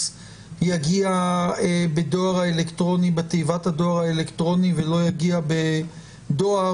יגיע בתיבת הדואר האלקטרוני ולא יגיע בדואר,